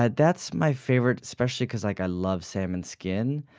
and that's my favorite, especially because like i love salmon skin.